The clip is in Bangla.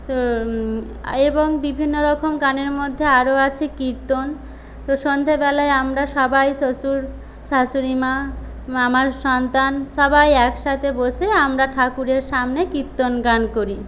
তো এবং বিভিন্ন রকম গানের মধ্যে আরো আছে কীর্তন তো সন্ধ্যেবেলায় আমরা সবাই শ্বশুর শাশুড়িমা আমার সন্তান সবাই একসাথে বসে আমরা ঠাকুরের সামনে কীর্তন গান করি